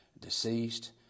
deceased